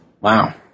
Wow